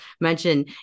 mention